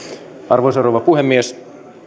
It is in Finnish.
arvoisa rouva puhemies